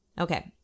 Okay